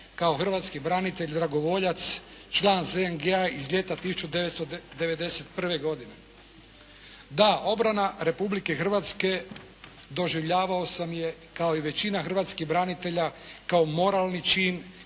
kao hrvatski branitelj, dragovoljac, član ZNG-a iz ljeta 1991. godine. Da, obrana Republike Hrvatske, doživljavao sam je kao i većina hrvatskih branitelja kao moralni čin,